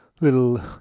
little